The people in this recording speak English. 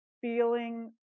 feeling